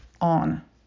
on